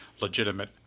legitimate